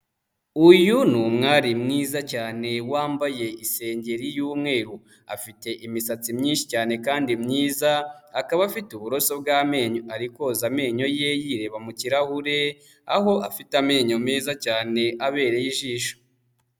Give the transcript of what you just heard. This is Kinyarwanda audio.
Uyu ni umwari mwiza cyane wambaye isengeri y'umweru, afite imisatsi myinshi cyane kandi myiza, akaba afite uburoso bw'amenyo ariko koza amenyo ye yireba mu kirahure, aho afite amenyo meza cyane abereye ijisho.